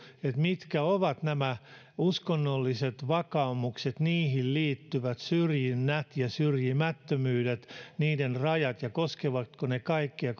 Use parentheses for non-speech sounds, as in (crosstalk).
mitkä ovat nämä uskonnolliset vakaumukset niihin liittyvät syrjinnät ja syrjimättömyydet niiden rajat ja koskevatko ne kaikkia (unintelligible)